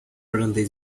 irlandês